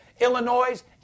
Illinois